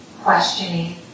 questioning